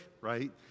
Right